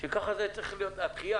שככה זה צריך להיות, שהדחייה